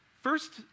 First